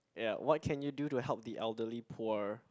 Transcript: ya what can you do to help the elderly poor